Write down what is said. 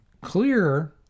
clear